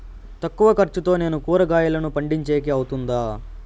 తక్కువ ఖర్చుతో నేను కూరగాయలను పండించేకి అవుతుందా?